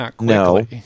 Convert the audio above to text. No